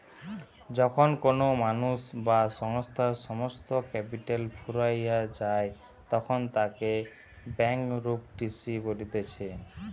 যখন কোনো মানুষ বা সংস্থার সমস্ত ক্যাপিটাল ফুরাইয়া যায়তখন তাকে ব্যাংকরূপটিসি বলতিছে